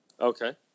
Okay